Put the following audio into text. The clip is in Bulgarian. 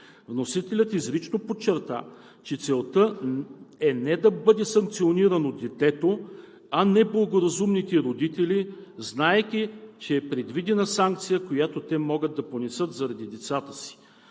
Вносителят изрично подчерта, че целта е не да бъде санкционирано детето, а неблагоразумните родители, знаейки, че е предвидена санкция, която те могат да понесат заради децата си.